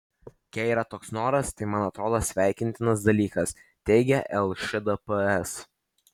jei yra toks noras tai man atrodo sveikintinas dalykas teigė lšdps